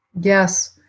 Yes